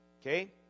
Okay